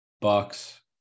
Bucks